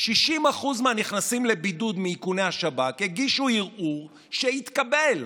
60% מהנכנסים לבידוד מאיכוני השב"כ הגישו ערעור שהתקבל.